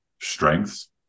strengths